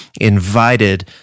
invited